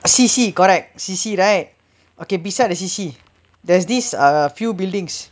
C_C you correct C_C right okay beside the C_C there's this err few buildings